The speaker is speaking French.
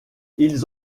ils